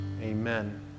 Amen